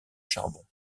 charbon